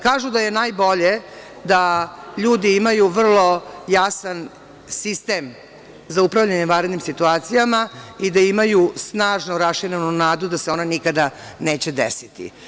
Kažu da je najbolje da ljudi imaju vrlo jasan sistem za upravljanje vanrednim situacijama i da imaju snažno raširenu nadu da se one nikada neće desiti.